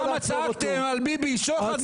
כמה צעקתם על ביבי שוחד,